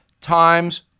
times